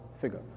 figure